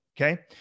okay